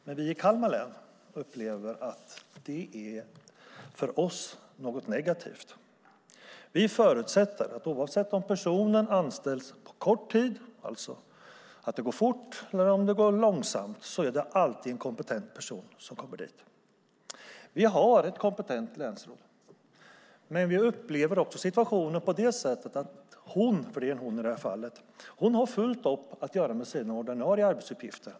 Men vi i Kalmar län upplever att för oss är det något negativt. Vi förutsätter att oavsett om personen anställs snabbt eller om det går långsamt så är det alltid en kompetent person som kommer dit. Vi har ett kompetent länsråd, men vi upplever också att hon, för det är en hon i det här fallet, har fullt upp med sina ordinarie arbetsuppgifter.